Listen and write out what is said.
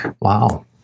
Wow